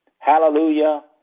Hallelujah